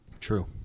True